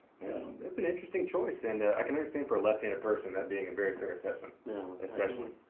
so that's an interesting choice, and i can understand for a left-handed person that being a very fair assessment especially.